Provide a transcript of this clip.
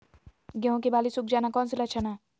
गेंहू की बाली सुख जाना कौन सी लक्षण है?